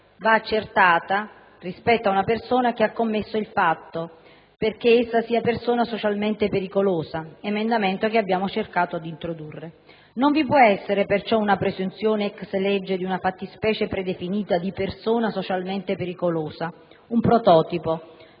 va accertata rispetto ad una persona che ha commesso il fatto, perché essa sia socialmente pericolosa (emendamento che abbiamo cercato di introdurre). Non vi può essere, perciò, la presunzione *ex lege* di una fattispecie predefinita di persona socialmente pericolosa, un prototipo.